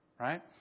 Right